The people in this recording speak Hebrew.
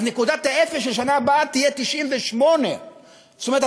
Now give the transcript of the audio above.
אז נקודת האפס של השנה הבאה תהיה 98. זאת אומרת,